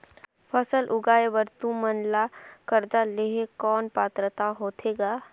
फसल उगाय बर तू मन ला कर्जा लेहे कौन पात्रता होथे ग?